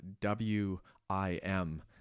W-I-M